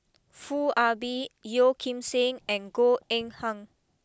Foo Ah Bee Yeo Kim Seng and Goh Eng Han